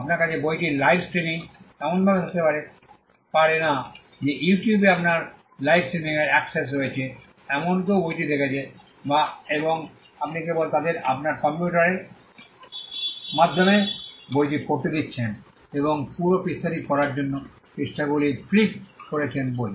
আপনার কাছে বইটির লাইভ স্ট্রিমিং এমনভাবে থাকতে পারে না যে ইউটিউবে আপনার লাইভ স্ট্রিমিংয়ের অ্যাক্সেস রয়েছে এমন কেউ বইটি দেখছে এবং আপনি কেবল তাদের আপনার কম্পিউটারের মাধ্যমে বইটি পড়তে দিচ্ছেন এবং পুরো পৃষ্ঠাটি পড়ার জন্য পৃষ্ঠাগুলি ফ্লিপ করছেন বই